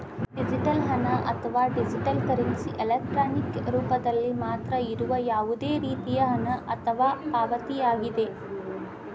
digital ಹಣ, ಅಥವಾ digital currency, electronic ರೂಪದಲ್ಲಿ ಮಾತ್ರ ಇರುವ ಯಾವುದೇ ರೇತಿಯ ಹಣ ಅಥವಾ ಪಾವತಿಯಾಗಿದೆ